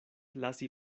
lasi